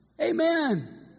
Amen